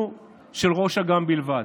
של ראש אג"מ בלבד.